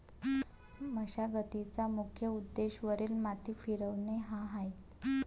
मशागतीचा मुख्य उद्देश वरील माती फिरवणे हा आहे